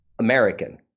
American